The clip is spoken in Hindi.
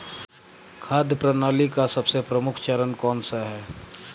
खाद्य प्रणाली का सबसे प्रमुख चरण कौन सा है?